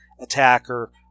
attacker